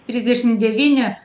trisdešim devyni